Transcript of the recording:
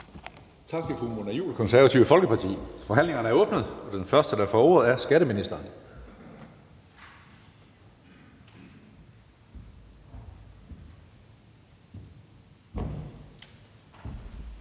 Tak til fru Mona Juul, Det Konservative Folkeparti. Forhandlingen er åbnet, og den første, der får ordet, er skatteministeren. Kl.